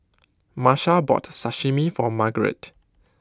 Marsha bought Sashimi for Margarete